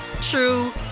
true